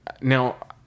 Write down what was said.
Now